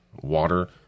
water